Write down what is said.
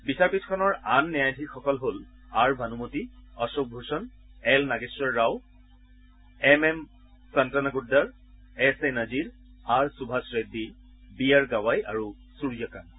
বিচাৰপীঠখনৰ আন ন্যায়াধীশসকল হ'ল R Banumathi Ashok Bhushan L Nageswara Rao M M Shantanagoudar S A Nazeer R Subhash Reddy B R Gavai আৰু সূৰ্যকান্ত